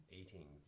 eating